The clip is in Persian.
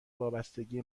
وابستگی